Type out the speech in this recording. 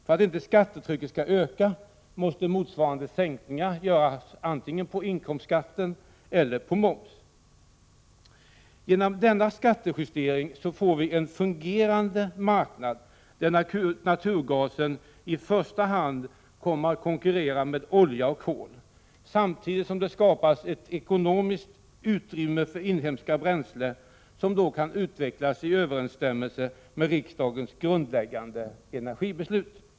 För att inte skattetrycket skall öka måste motsvarande sänkning göras antingen av inkomstskatten eller också av momsen. Genom denna skattejustering får vi en fungerande marknad där naturgasen i första hand kommer att konkurrera med olja och kol, samtidigt som det skapas ett ekonomiskt utrymme för inhemska bränslen som då kan utvecklas i överensstämmelse med riksdagens grundläggande energibeslut.